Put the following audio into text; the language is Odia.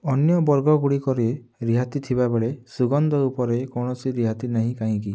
ଅନ୍ୟ ବର୍ଗଗୁଡ଼ିକରେ ରିହାତି ଥିବାବେଳେ ସୁଗନ୍ଧ ଉପରେ କୌଣସି ରିହାତି ନାହିଁ କାହିଁକି